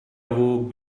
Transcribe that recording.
awoke